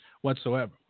whatsoever